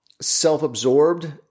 self-absorbed